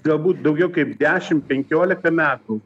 galbūt daugiau kaip dešim penkiolika metų